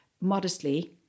modestly